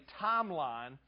timeline